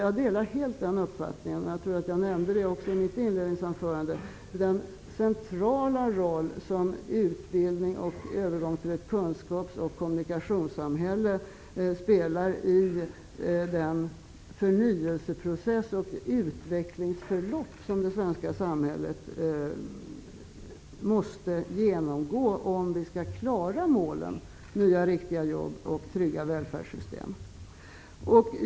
Jag delar helt den uppfattningen, och jag tror att jag nämnde det i mitt inledningsanförande. Utbildning och övergång till ett kunskaps och kommunikationssamhälle spelar en central roll i den förnyelseprocess och i det utvecklingsförlopp som det svenska samhället måste genomgå, om vi skall klara målen nya riktiga jobb och trygga välfärdssystem.